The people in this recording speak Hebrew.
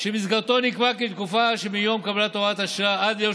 שבמסגרתו נקבע כי לתקופה שמיום קבלת הוראת השעה עד יום